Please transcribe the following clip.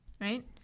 right